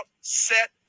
set